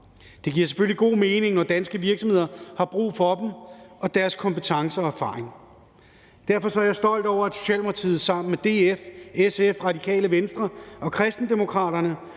Det giver selvfølgelig god mening, når danske virksomheder har brug for dem og deres kompetencer og erfaring. Derfor er jeg stolt over, at Socialdemokratiet sammen med DF, SF, Radikale Venstre og Kristendemokraterne